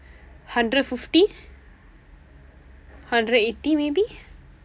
hundred fifty hundred eighty maybe